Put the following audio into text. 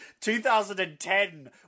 2010